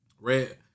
red